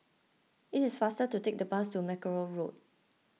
it is faster to take the bus to Mackerrow Road